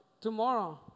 tomorrow